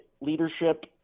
leadership